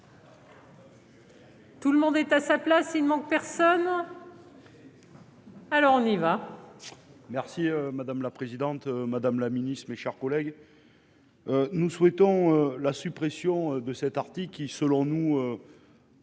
Tout le monde est à sa place, il ne manque personne. Alors on y va.